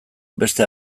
beste